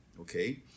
okay